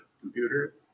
computer